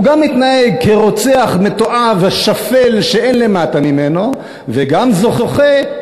הוא גם מתנהג כרוצח מתועב ושפל שאין למטה ממנו וגם זוכה,